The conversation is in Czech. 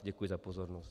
Děkuji za pozornost.